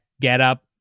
getup